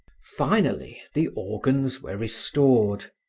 finally the organs were restored.